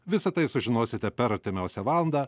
visą tai sužinosite per artimiausią valandą